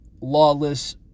lawless